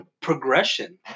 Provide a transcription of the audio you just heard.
progression